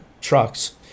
trucks